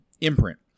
imprint